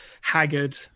haggard